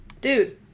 Dude